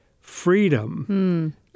freedom